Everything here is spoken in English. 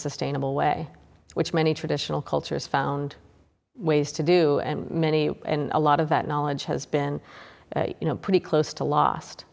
sustainable way which many traditional cultures found ways to do and many a lot of that knowledge has been you know pretty close to last